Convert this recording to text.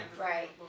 Right